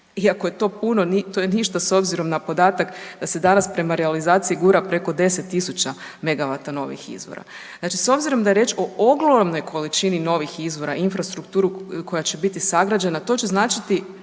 iako je to puno to je ništa s obzirom na podatak da se danas prema realizaciji gura preko 10.000 megavata novih izvora. Znači s obzirom da je riječ o ogromnoj količini novih izvora i infrastrukturu koja će biti sagrađena to će značiti